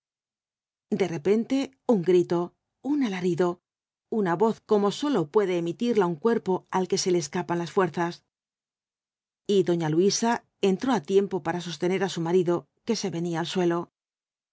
de repente un grito un alarido una voz como sólo puede emitirla un cuerpo al que se le escapan las fuerzas y doña luisa entró á tiempo para sostener á su marido que se venía al suelo